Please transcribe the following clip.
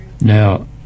Now